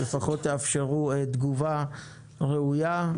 לפחות תאפשרו תגובה ראויה,